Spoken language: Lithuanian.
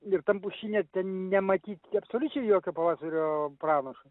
ir tam pušyne nematyti absoliučiai jokio pavasario pranašo